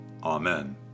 Amen